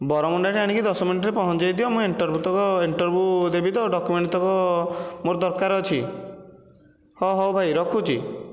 ବରମୁଣ୍ଡାରେ ଆଣିକି ଦଶ ମିନିଟ୍ ରେ ପହଞ୍ଚେଇଦିଅ ମୁଁ ଇଣ୍ଟରଭ୍ୟୁ ତକ ମୁଁ ଇଣ୍ଟରଭ୍ୟୁ ଦେବି ତ ଡକୁମେଣ୍ଟ ତକ ମୋର ଦରକାର ଅଛି ହ ହଉ ଭାଇ ରଖୁଛି